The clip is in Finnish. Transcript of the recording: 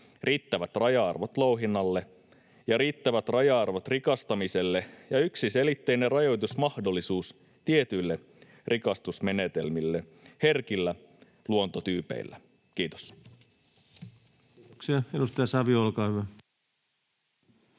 riittävät raja-arvot louhinnalle ja riittävät raja-arvot rikastamiselle ja yksiselitteinen rajoitusmahdollisuus tietyille rikastusmenetelmille herkillä luontotyypeillä. — Kiitos. Kiitoksia. — Edustaja Savio, olkaa hyvä.